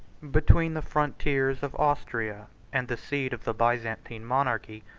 between the frontiers of austria and the seat of the byzan tine monarchy,